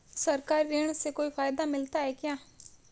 सरकारी ऋण से कोई फायदा मिलता है क्या?